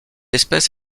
espèce